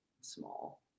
small